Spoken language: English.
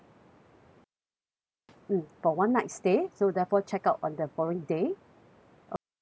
and mm for one night stay so therefore check out on the following day okay sure